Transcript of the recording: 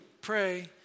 pray